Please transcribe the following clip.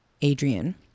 Adrian